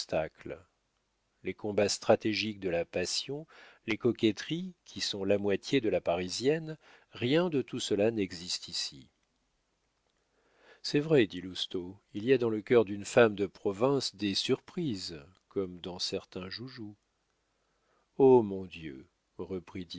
les combats stratégiques de la passion les coquetteries qui sont la moitié de la parisienne rien de tout cela n'existe ici c'est vrai dit lousteau il y a dans le cœur d'une femme de province des surprises comme dans certains joujoux oh mon dieu